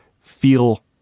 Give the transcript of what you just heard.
feel